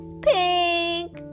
Pink